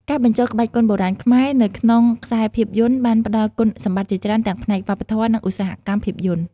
ការបញ្ចូលក្បាច់គុនបុរាណខ្មែរទៅក្នុងខ្សែភាពយន្តបានផ្ដល់គុណសម្បត្តិជាច្រើនទាំងផ្នែកវប្បធម៌ និងឧស្សាហកម្មភាពយន្ត។